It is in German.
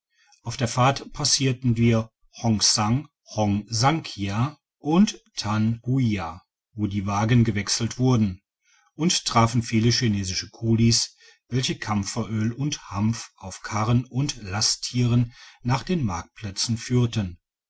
auf der fahrt passierten wir hongsan hongsankia und tanhuia wo die wagen gewechselt wurden und trafen viele chinesische kulis welche kampferöl und hanf auf karren und lasttieren nach den marktplätzen führten